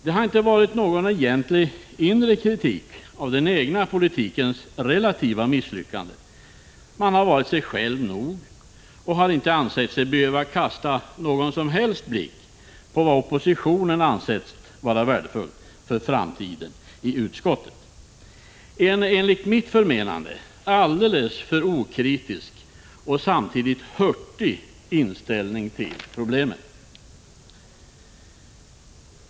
Det har inte varit någon egentlig inre kritik av den egna politikens relativa misslyckande. Man har varit sig själv nog och har inte ansett sig behöva kasta någon som helst blick på vad oppositionen i utskottet ansett vara värdefullt för framtiden. Det är enligt mitt förmenande en alldeles för okritisk och samtidigt hurtig inställning till problemen.